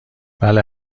بله